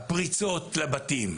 הפריצות לבתים,